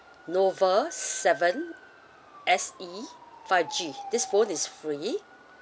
nova seven S E five G this phone is free